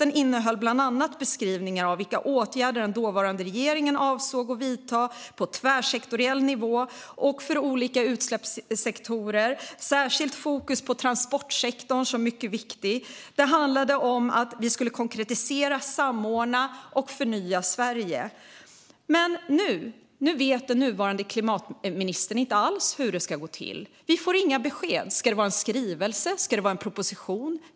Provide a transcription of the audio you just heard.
Den innehöll bland annat beskrivningar av vilka åtgärder den dåvarande regeringen avsåg att vidta på tvärsektoriell nivå och för olika utsläppssektorer, med särskilt fokus på transportsektorn som är mycket viktig. Det handlade om att vi skulle konkretisera, samordna och förnya Sverige. Nu vet den nuvarande klimatministern inte alls hur det ska gå till. Vi får inga besked. Ska det vara en skrivelse? Ska det vara en proposition?